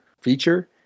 feature